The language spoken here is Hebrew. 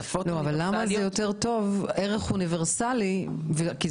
שפות אוניברסליות --- אבל למה ערך אוניברסלי יותר טוב?